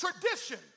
tradition